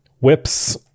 whips